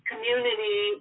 community